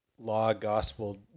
law-gospel